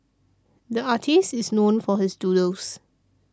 the artist is known for his doodles